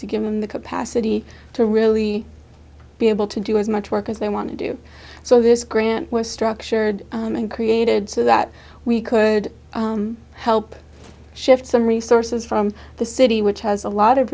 to give them the capacity to really be able to do as much work as they want to do so this grant was structured and created so that we could help shift some resources from the city which has a lot of